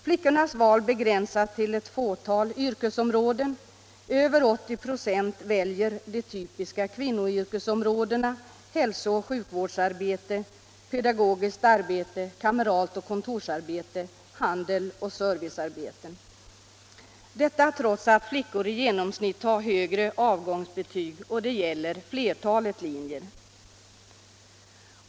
Flickornas val begränsas till ett fåtal yrkesområden. Över 80 96 väljer de typiska kvinnoyrkesområdena, hälsooch sjukvårdsarbete, pedagogiskt arbete, kameralt och kontorsarbete, handel och servicearbeten — detta trots att flickor i genomsnitt har högre avgångsbetyg. Och det gäller flertalet linjer.